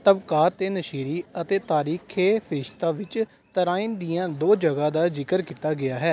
ਤਬਾਕਤ ਏ ਨਸੀਰੀ ਅਤੇ ਤਾਰੀਖ਼ ਏ ਫ਼ਿਰਿਸ਼ਤਾ ਵਿੱਚ ਤਰਾਇਨ ਦੀਆਂ ਦੋ ਜਗ੍ਹਾ ਦਾ ਜ਼ਿਕਰ ਕੀਤਾ ਗਿਆ ਹੈ